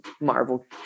Marvel